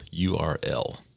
URL